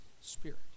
spirit